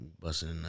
busting